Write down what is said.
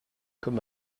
comme